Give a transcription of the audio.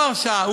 זו לא הרשעה,